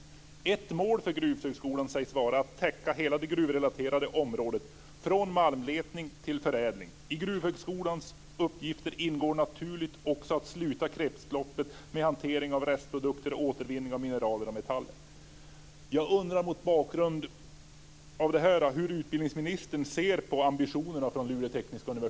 Ett mål för gruvhögskolan sägs vara att täcka hela det gruvrelaterade området från malmletning till förädling. I gruvhögskolans uppgifter ingår naturligt också att sluta kretsloppet med hantering av restprodukter och återvinning av mineraler och metaller.